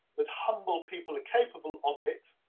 that humble people are capable of it